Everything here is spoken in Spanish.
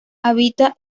habita